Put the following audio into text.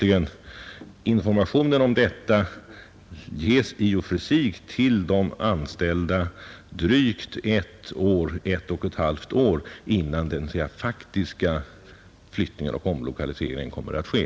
Information ges till de anställda ungefär ett och ett halvt år innan den faktiska flyttningen och omlokaliseringen kommer att ske.